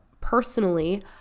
personally